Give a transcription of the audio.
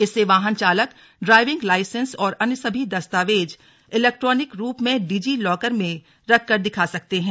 इससे वाहन चालक ड्राईविंग लाईसेन्स और अन्य सभी दस्तावेज इलेक्ट्रानिक रूप में डिजी लॉकर में रखकर दिखा सकते हैं